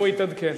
הוא יתעדכן.